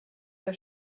der